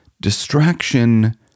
distraction